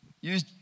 use